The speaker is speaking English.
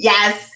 Yes